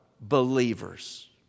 believers